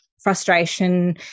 frustration